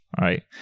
Right